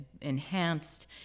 enhanced